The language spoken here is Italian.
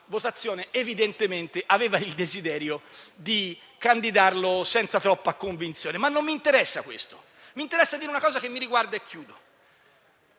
votazione evidentemente aveva il desiderio di candidarlo senza troppa convinzione. A me però non interessa questo; mi interessa dire una cosa che mi riguarda. Signor